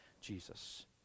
Jesus